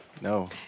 No